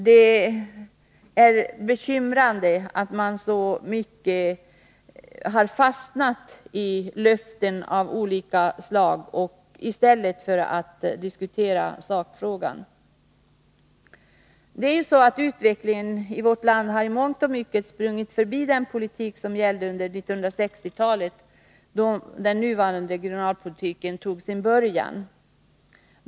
Det är bekymmersamt att man så hårt har fastnat i löften av olika slag i stället för att diskutera sakfrågan. Utvecklingen i vårt land har i mångt och mycket sprungit förbi den politik som gällde under 1960-talet, då den nuvarande regionalpolitiken tog sin början.